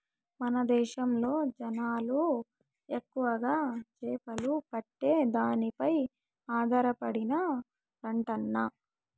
మన దేశంలో జనాలు ఎక్కువగా చేపలు పట్టే దానిపై ఆధారపడినారంటన్నా